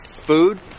Food